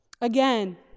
Again